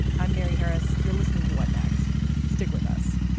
i'm mary harris. you're listening to what next stick with us